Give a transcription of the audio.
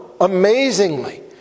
amazingly